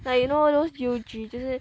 like you know those you 就是